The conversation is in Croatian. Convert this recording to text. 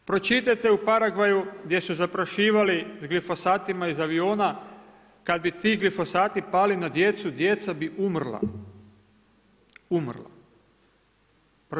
Pročitajte u Paragvaju gdje su zaprašivali s glifosatima iz aviona, kada bi ti glifosati pali na djecu, djeca bi umrla, umrla.